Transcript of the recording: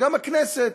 וגם הכנסת,